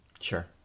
Sure